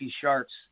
Sharks